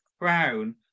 crown